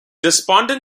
despondent